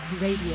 RADIO